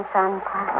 Santa